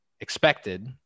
expected